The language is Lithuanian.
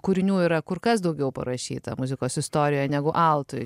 kūrinių yra kur kas daugiau parašyta muzikos istorijoje negu altui